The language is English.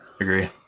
agree